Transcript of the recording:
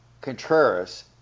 Contreras